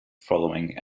following